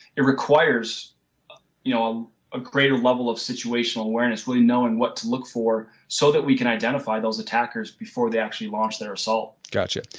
it requires you know a greater level of situational awareness really knowing what to look for so that we can identify those attackers before they actually launch their assault got you.